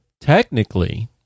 technically